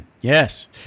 Yes